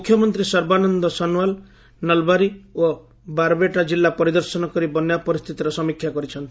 ମୁଖ୍ୟମନ୍ତ୍ରୀ ସର୍ବାନନ୍ଦ ସୋନୱାଲ୍ ନଲବାରୀ ଓ ବାରବେଟା କିଲ୍ଲା ପରିଦର୍ଶନ କରି ବନ୍ୟା ପରିସ୍ଥିତିର ସମୀକ୍ଷା କରିଛନ୍ତି